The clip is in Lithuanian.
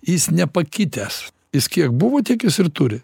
jis nepakitęs jis kiek buvo tiek jis ir turi